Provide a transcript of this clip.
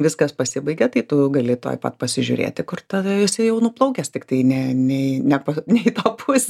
viskas pasibaigė tai tu gali tuoj pat pasižiūrėti kur tada jisai jau nuplaukęs tiktai ne nei nepa ne į tą pusę